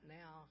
now